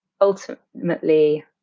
ultimately